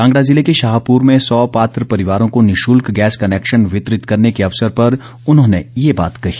कांगड़ा जिले के शाहपुर में सौ पात्र परिवारों को निशुल्क गैस कनैक्शन वितरित करने के अवसर पर उन्होंने ये बात कही